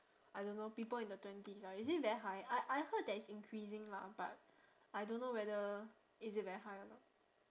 I don't know people in the twenties ah is it very high I I heard that it's increasing lah but I don't know whether is it very high or not